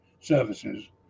services